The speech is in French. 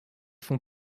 font